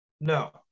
No